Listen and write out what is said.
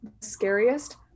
scariest